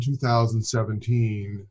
2017